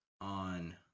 on